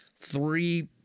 three